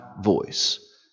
voice